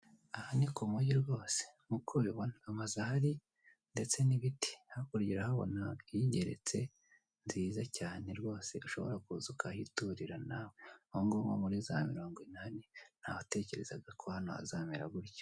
Aha ni ku mujyi rwose nkuko ubibona amazu ahari ndetse n'ibiti hakurya urahabona igeretse nziza cyane rwose ushobora kuza ukahiturira nawe ubungubu nko muri za mirongo inani ntawatekerezaga ko hazamera gutya.